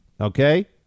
Okay